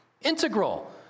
integral